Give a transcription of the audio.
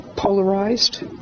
polarized